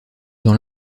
dans